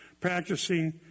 practicing